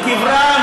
בקברם,